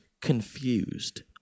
confused